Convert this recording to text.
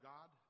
God